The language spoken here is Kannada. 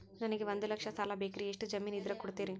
ನನಗೆ ಒಂದು ಲಕ್ಷ ಸಾಲ ಬೇಕ್ರಿ ಎಷ್ಟು ಜಮೇನ್ ಇದ್ರ ಕೊಡ್ತೇರಿ?